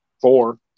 four